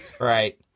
Right